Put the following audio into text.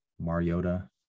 Mariota